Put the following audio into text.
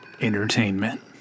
Entertainment